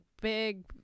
big